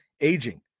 aging